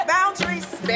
Boundaries